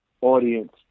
audience